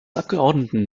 abgeordneten